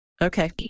Okay